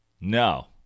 no